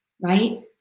Right